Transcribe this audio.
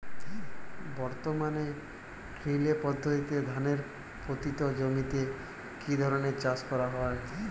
বর্তমানে রিলে পদ্ধতিতে ধানের পতিত জমিতে কী ধরনের চাষ করা হয়?